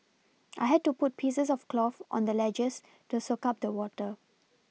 I had to put pieces of cloth on the ledges to soak up the water